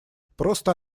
просто